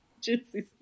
Juicy